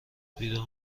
بیدار